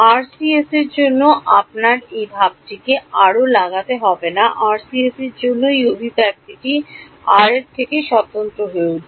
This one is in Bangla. আরসিএসের জন্য আপনার এই ভাবটিটি আর লাগাতে হবে না আরসিএসের জন্য এই অভিব্যক্তিটি আর এর থেকে স্বতন্ত্র হয়ে উঠবে